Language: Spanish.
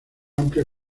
amplia